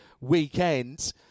weekend